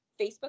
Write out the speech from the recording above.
Facebook